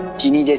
genie